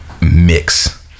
mix